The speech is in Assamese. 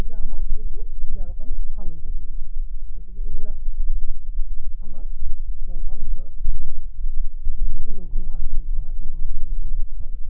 গতিকে আমাৰ এইটো দেহৰ কাৰণে ভাল হৈ থাকিল মানে গতিকে এইবিলাক আমাৰ জলপান ভিতৰত পৰে যিটো লঘু আহাৰ বুলি কয় ৰাতিপুৱা উঠিয়ে যোনটো খোৱা যায়